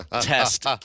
test